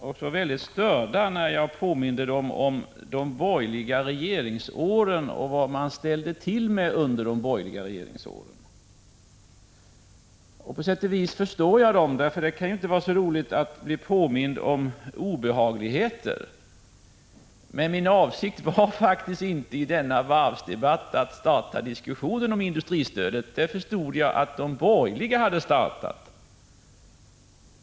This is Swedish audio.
Fru talman! De borgerliga blev så sura och störda när jag påminde dem om vad de ställde till med under de borgerliga regeringsåren. På sätt och vis förstår jag dem — det kan ju inte vara så roligt att bli påmind om obehagligheter. Men min avsikt var faktiskt inte att i denna varvsdebatt ta upp en diskussion om industristödet; det förstod jag att de borgerliga hade startat.